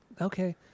Okay